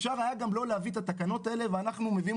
אפשר היה גם לא להביא את התקנות האלה ואנחנו מביאים